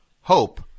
Hope